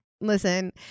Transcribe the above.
Listen